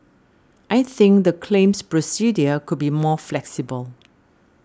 I think the claims procedure could be more flexible